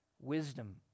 wisdom